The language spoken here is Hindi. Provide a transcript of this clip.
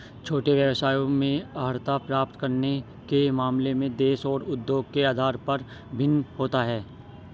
छोटे व्यवसायों में अर्हता प्राप्त करने के मामले में देश और उद्योग के आधार पर भिन्न होता है